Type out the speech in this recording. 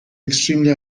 extremely